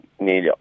need